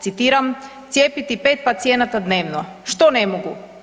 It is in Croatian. Citiram: „Cijepiti 5 pacijenata dnevno, što ne mogu?